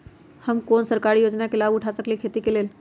हम कोन कोन सरकारी योजना के लाभ उठा सकली ह खेती के लेल?